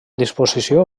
disposició